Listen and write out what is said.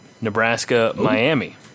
Nebraska-Miami